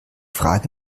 frage